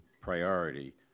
priority